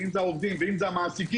אם זה העובדים ואם זה המעסיקים.